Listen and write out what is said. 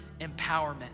empowerment